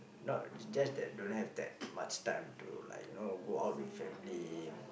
not it's just that don't have that much time to like you know go out with family